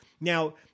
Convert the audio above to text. Now –